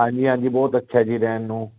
ਹਾਂਜੀ ਹਾਂਜੀ ਬਹੁਤ ਅੱਛਾ ਜੀ ਰਹਿਣ ਨੂੰ